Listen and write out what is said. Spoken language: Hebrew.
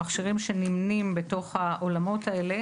מכשירים שנמנים בתוך העולמות האלה